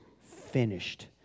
finished